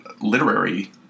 literary